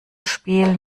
spiel